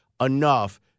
enough